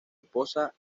esposa